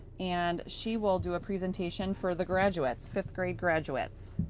and she will do a presentation for the graduates fifth grade graduates.